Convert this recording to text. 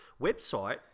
website